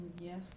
Yes